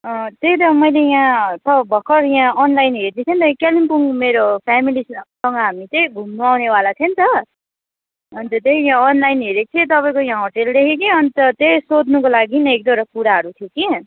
अँ त्यही त मैले यहाँ त भर्खर यहाँ अनलाइन हेर्दै थिएँ नि त कालिम्पोङ मेरो फेमिलीसँग हामी चाहिँ घुम्नु आउनेवाला थियो नि त अन्त त्यही यहाँ अनलाइन हेरेको थिएँ तपाईँको यहाँ होटल देखेँ कि अन्त त्यही सोध्नुको लागि नि एक दुईवटा कुराहरू थियो कि